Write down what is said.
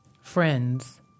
Friends